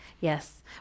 yes